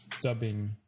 dubbing